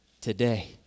today